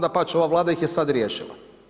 Dapače, ova Vlada ih je sad riješila.